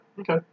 Okay